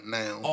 now